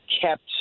kept